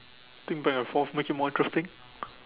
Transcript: I think back and forth make it more interesting